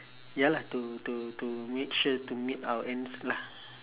ya lah to to to make sure to meet our earns lah